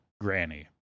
Granny